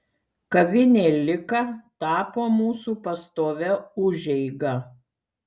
kavinė lika tapo mūsų pastovia užeiga